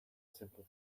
simple